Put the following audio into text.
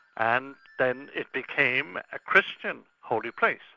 and then it became a christian holy place.